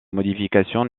modifications